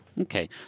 Okay